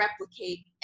replicate